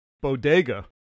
bodega